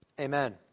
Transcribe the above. Amen